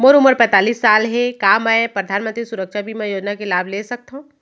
मोर उमर पैंतालीस साल हे का मैं परधानमंतरी सुरक्षा बीमा योजना के लाभ ले सकथव?